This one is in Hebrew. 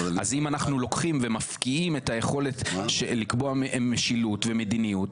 אז אם אנחנו לוקחים ומפקיעים את היכולת לקבוע משילות ומדיניות